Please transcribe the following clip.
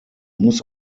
muss